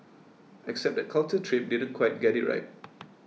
except that Culture Trip didn't quite get it right